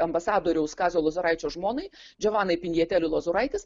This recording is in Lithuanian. ambasadoriaus kazio lozoraičio žmonai džovanai pinjeteli lozoraitis